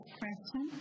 question